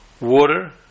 Water